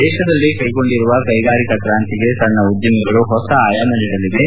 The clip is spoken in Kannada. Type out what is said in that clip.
ದೇಶದಲ್ಲಿ ಕೈಗೊಂಡಿರುವ ಕೈಗಾರಿಕಾ ಕ್ರಾಂತಿಗೆ ಸಣ್ಣ ಉದ್ದಿಮೆಗಳು ಹೊಸ ಆಯಾಮ ನೀಡಲಿವೆ